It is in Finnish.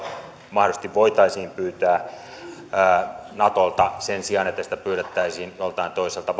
mahdollisesti voitaisiin pyytää natolta sen sijaan että sitä pyydettäisiin joltain toiselta